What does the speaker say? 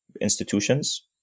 institutions